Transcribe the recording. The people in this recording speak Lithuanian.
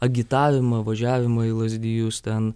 agitavimą važiavimą į lazdijus ten